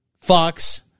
Fox